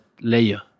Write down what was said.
layer